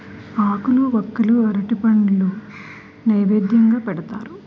ఆకులు వక్కలు అరటిపండు నైవేద్యంగా పెడతారు